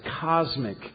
cosmic